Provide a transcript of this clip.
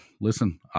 listen